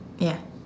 ya